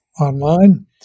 online